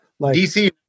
DC